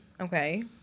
okay